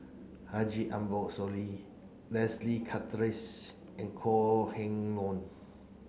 Haji Ambo Sooloh Leslie Charteris and Kok Heng Leun